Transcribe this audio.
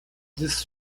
this